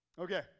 okay